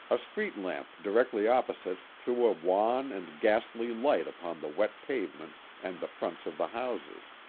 a street lamp directly opposite threw a wan and ghastly light upon the wet pavement and the fronts of the houses